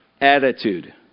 Attitude